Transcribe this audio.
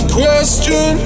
question